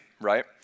Right